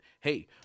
Hey